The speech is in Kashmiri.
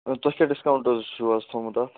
تُہۍ کیٛاہ ڈِسکاوُنٛٹ حظ چھُو حظ تھومُت اَتھ